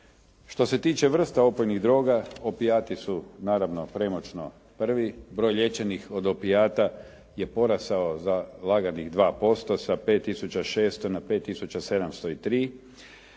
Što se tiče vrsta opojnih droga opijati su naravno premoćno prvi, broj liječenih od opijata je porastao za laganih 2% sa 5 tisuća 600